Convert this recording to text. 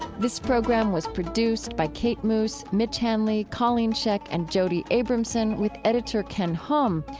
this program was produced by kate moos, mitch hanley, colleen scheck, and jody abramson with editor ken hom.